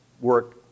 work